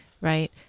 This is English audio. right